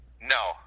No